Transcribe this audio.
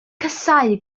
casáu